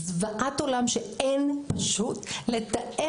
זוועת עולם שאין לתאר,